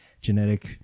genetic